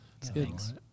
Thanks